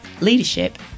leadership